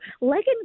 leggings